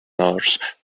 north